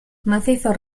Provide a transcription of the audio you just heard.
macizos